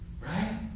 Right